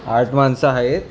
आठ माणसं आहेत